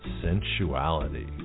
sensuality